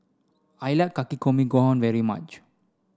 I like Takikomi Gohan very much